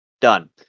Done